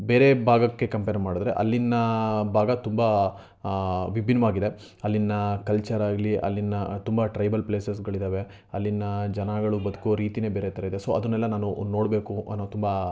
ಬೇರೆ ಭಾಗಕ್ಕೆ ಕಂಪೇರ್ ಮಾಡಿದ್ರೆ ಅಲ್ಲಿನ ಭಾಗ ತುಂಬ ವಿಭಿನ್ನವಾಗಿದೆ ಅಲ್ಲಿನ ಕಲ್ಚರ್ ಆಗಲಿ ಅಲ್ಲಿನ ತುಂಬ ಟ್ರೈಬಲ್ ಪ್ಲೇಸಸ್ಗಳಿದ್ದಾವೆ ಅಲ್ಲಿನ ಜನಗಳು ಬದ್ಕೋ ರೀತಿನೇ ಬೇರೆ ಥರ ಇದೆ ಸೋ ಅದನ್ನೆಲ್ಲ ನಾನು ನೋಡಬೇಕು ಅನ್ನೋ ತುಂಬ